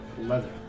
Leather